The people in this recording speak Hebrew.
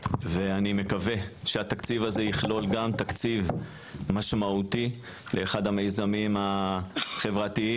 ואני מקווה שהתקציב הזה יכלול גם תקציב משמעותי לאחד המיזמים החברתיים,